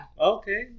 Okay